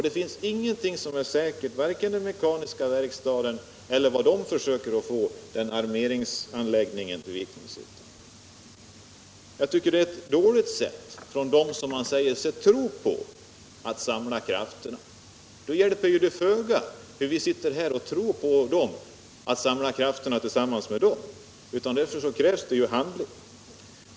Det finns ingenting som <Jjärn och stålinduär säkert, varken beträffande den mekaniska verkstaden eller att man = Strin, m.m. försöker få armeringsanläggningen till Vikmanshyttan. Det är ett dåligt sätt, av dem som man säger sig tro på, att samla krafterna. Då hjälper det föga att vi sitter här och tror på dem, att samla krafterna tillsammans med dem. Därför krävs det handling.